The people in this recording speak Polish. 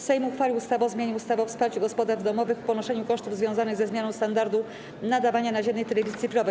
Sejm uchwalił ustawę o zmianie ustawy o wsparciu gospodarstw domowych w ponoszeniu kosztów związanych ze zmianą standardu nadawania naziemnej telewizji cyfrowej.